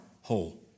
whole